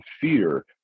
fear